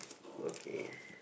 okay